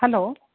hello